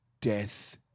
death